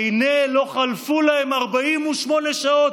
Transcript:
והינה, לא חלפו להן 48 שעות,